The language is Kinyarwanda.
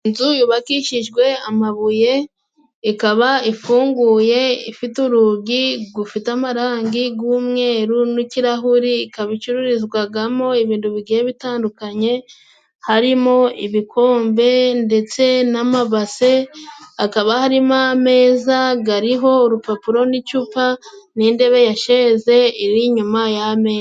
Inzu yubakishijwe amabuye ikaba ifunguye, ifite urugi rufite amarangi g'umweru n'ikirahuri, ikaba icururizwagamo ibintu bigiye bitandukanye harimo ibikombe ndetse n'amabase, akaba harimo ameza gari ho urupapuro n'icupa, n'indebe ya sheze iri inyuma y'ameza.